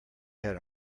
had